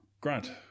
Grant